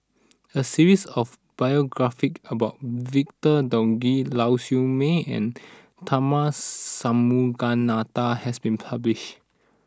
a series of biographies about Victor Doggett Lau Siew Mei and Tharman Shanmugaratnam has been published